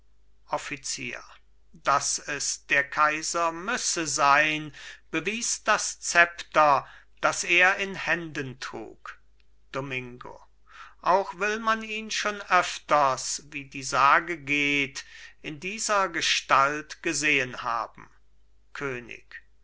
offizier daß es der kaiser müsse sein bewies das zepter das er in händen trug domingo auch will man ihn schon öfters wie die sage geht in dieser gestalt gesehen haben könig